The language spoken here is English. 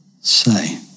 say